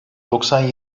doksan